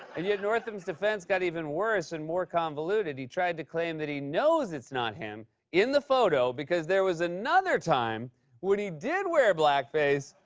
and yet northam's defense got even worse and more convoluted. he tried to claim that he knows it's not him in the photo because there was another time when he did wear blackface,